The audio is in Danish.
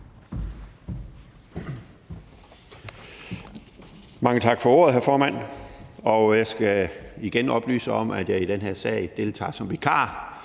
Mange tak for ordet, hr. formand. Jeg skal igen oplyse om, at jeg i den her sag deltager som vikar